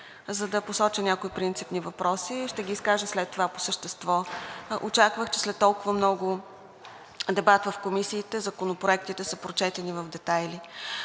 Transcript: за да посоча някои принципни въпроси. Ще ги изкажа след това по същество. Очаквах, че след толкова много дебат в комисиите законопроектите са прочетени в детайли.